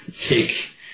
take